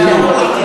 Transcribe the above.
בדיוק.